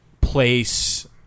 place